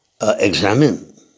examine